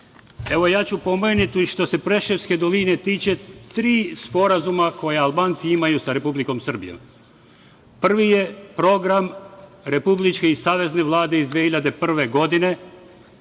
ponovo, ja ću pomenuti što se Preševske doline tiče, tri sporazuma koje Albanci imaju sa Republikom Srbijom. Prvi je program republičke i savezne Vlade iz 2001. godine,